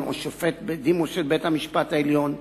או שופט בדימוס של בית-המשפט העליון,